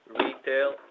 retail